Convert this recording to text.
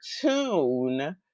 tune